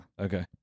Okay